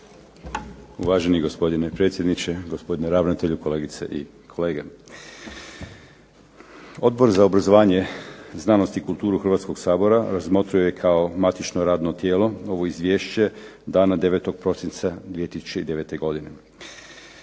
Uvaženi gospodine predsjedniče, gospodine ravnatelju, kolegice i kolege. Odbor za obrazovanje, znanost i kulturu Hrvatskoga sabora razmotrio je kao matično radno tijelo ovo izvješće dana 9. prosinca 2009. godine.